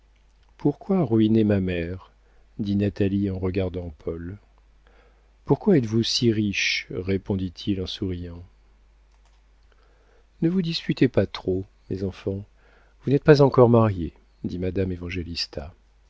pourquoi ruiner ma mère dit natalie en regardant paul pourquoi êtes-vous si riche répondit-il en souriant ne vous disputez pas trop mes enfants vous n'êtes pas encore mariés dit madame évangélista